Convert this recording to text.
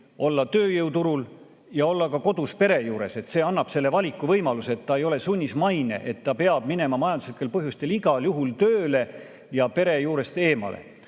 olla tööjõuturul ja olla ka kodus pere juures. See annab selle valikuvõimaluse. Ta ei ole sunnismaine, et ta peab minema majanduslikel põhjustel igal juhul tööle ja pere juurest eemale.